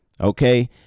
okay